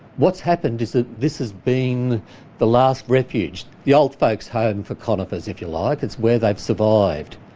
what's happened is that this has been the last refuge, the old folks' home for conifers if you like, it's where they've survived.